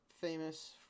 famous